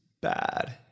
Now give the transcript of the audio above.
bad